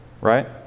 right